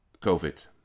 covid